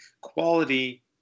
quality